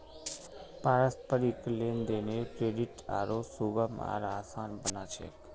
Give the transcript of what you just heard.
पारस्परिक लेन देनेर क्रेडित आरो सुगम आर आसान बना छेक